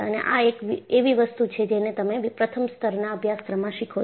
અને આ એક એવી વસ્તુ છે જેને તમે પ્રથમ સ્તરના અભ્યાસક્રમમાં શીખો છો